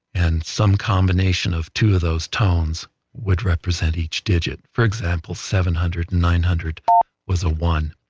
and some combination of two of those tones would represent each digit. for example, seven hundred and nine hundred um was a one,